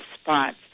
spots